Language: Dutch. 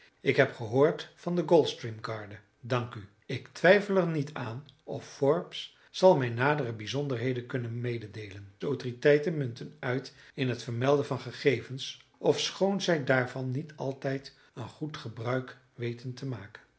ik heb gehoord van de colstream garde dank u ik twijfel er niet aan of forbes zal mij nadere bijzonderheden kunnen mededeelen de autoriteiten munten uit in het vermelden van gegevens ofschoon zij daarvan niet altijd een goed gebruik weten te maken